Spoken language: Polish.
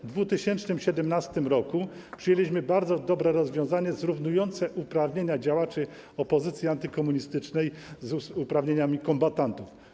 W 2017 r. przyjęliśmy bardzo dobre rozwiązanie zrównujące uprawnienia działaczy opozycji antykomunistycznej z uprawnieniami kombatantów.